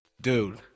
Dude